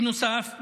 בנוסף,